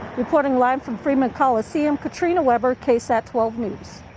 reporting live from freeman coliseum katrina webber ksat twelve news.